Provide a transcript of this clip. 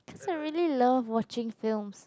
so really love watching films